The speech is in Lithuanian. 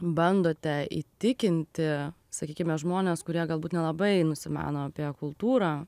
bandote įtikinti sakykime žmones kurie galbūt nelabai nusimano apie kultūrą